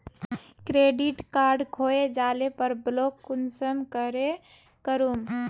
Credit card खोये जाले पर ब्लॉक कुंसम करे करूम?